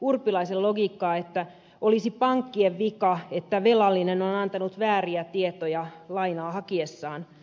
urpilaisen logiikkaa että olisi pankkien vika että velallinen on antanut vääriä tietoja lainaa hakiessaan